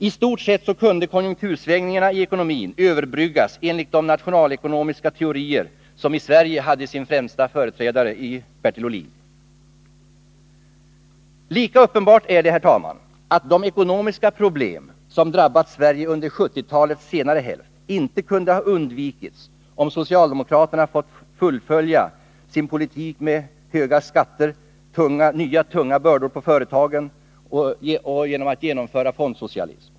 I stort sett kunde konjunktursvängningarna i ekonomin överbryggas enligt de nationalekonomiska teorier som i Sverige hade sin främsta företrädare i Bertil Ohlin. Lika uppenbart är det att de ekonomiska problem som drabbat Sverige under 1970-talets senare hälft inte kunde ha undvikits om socialdemokraterna fått fullfölja sin politik med höga skatter, nya tunga bördor på företagen och fondsocialism.